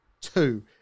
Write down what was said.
two